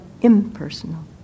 impersonal